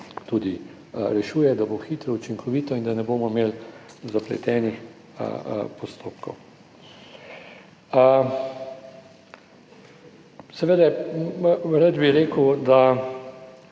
tudi rešuje, da bo hitro, učinkovito in da ne bomo imeli zapletenih postopkov. A seveda, rad bi rekel, da